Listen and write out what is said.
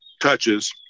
touches